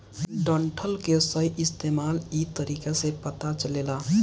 डंठल के सही इस्तेमाल इ तरीका से पता चलेला